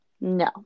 No